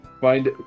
find